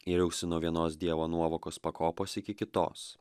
yriausi nuo vienos dievo nuovokos pakopos iki kitos